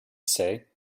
say